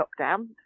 lockdown